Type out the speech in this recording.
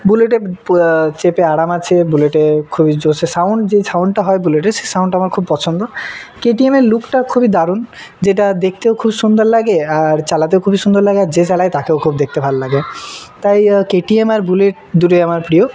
বুলেটে চেপে আরাম আছে বুলেটে খুবই জোরসে সাউন্ড যে সাউন্ডটা হয় বুলেটের সেই সাউন্ডটা আমার খুব পছন্দ কে টি এমের লুকটা খুবই দারুণ যেটা দেখতেও খুব সুন্দর লাগে আর চালাতেও খুবই সুন্দর লাগে আর যে চালায় তাকেও খুব দেখতে ভালো লাগে তাই কে টি এম আর বুলেট দুটোই আমার প্রিয়